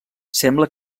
sembla